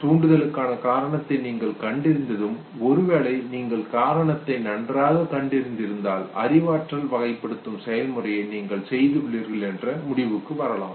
தூண்டுதலுக்குகான காரணத்தை நீங்கள் கண்டறிந்ததும் ஒருவேளை நீங்கள் காரணத்தை நன்றாக கண்டறிந்து இருந்தால் அறிவாற்றல் வகைப்படுத்தும் செயல்முறையை நீங்கள் செய்துள்ளீர்கள் என்று முடிவுக்கு வரலாம்